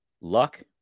luck